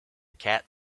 cat